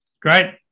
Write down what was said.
Great